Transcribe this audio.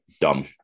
dumb